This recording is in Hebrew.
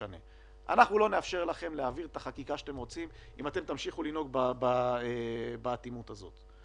אנחנו לא נאפשר לכם את החקיקה שאתם רוצים אם תמשיכו לנהוג באטימות הזאת.